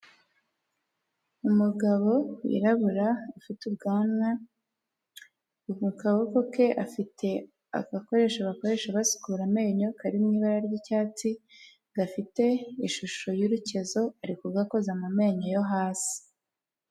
Umugabo wirabura ufite ubwanwa, ku kaboko ke afite agakoresho bakoresha basukura amenyo, kari mu ibara ry'icyatsi, gafite ishusho y'urukezo, ari kugakoza mu menyo yo hasi.